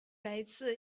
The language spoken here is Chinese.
来自